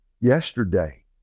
yesterday